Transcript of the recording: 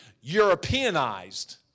Europeanized